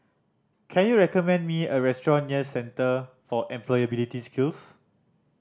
can you recommend me a restaurant near Centre for Employability Skills